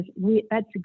we—that's